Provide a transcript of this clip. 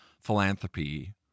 philanthropy